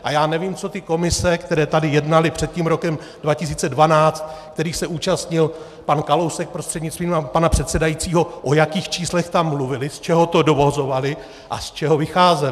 A já nevím, co ty komise, které tady jednaly před tím rokem 2012, kterých se účastnil pan Kalousek prostřednictvím pana předsedajícího, o jakých číslech tam mluvili, z čeho to dovozovali a z čeho vycházeli.